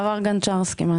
לא